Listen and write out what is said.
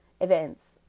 events